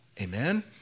Amen